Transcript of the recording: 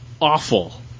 awful